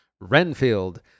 Renfield